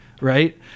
Right